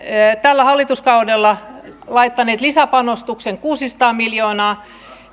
tällä hallituskaudella olemme laittaneet lisäpanostuksen kuusisataa miljoonaa